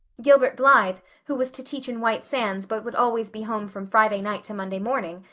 gilbert blythe, who was to teach in white sands but would always be home from friday night to monday morning,